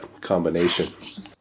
combination